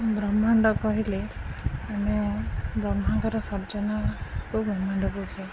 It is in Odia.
ବ୍ରହ୍ମାଣ୍ଡ କହିଲେ ଆମେ ବ୍ରହ୍ମାଙ୍କର ସର୍ଜନାକୁ ବ୍ରହ୍ମାଣ୍ଡ କହୁଛେ